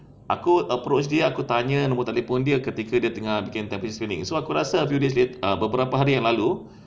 aku approach dia aku tanya nombor telefon dia ketika dia tengah temperature screening so aku rasa a few days later berapa hari yang lalu